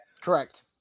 Correct